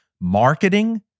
marketing